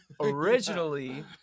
originally